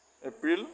April